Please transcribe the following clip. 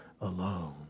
alone